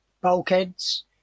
bulkheads